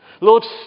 Lord